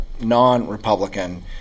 non-Republican